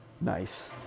Nice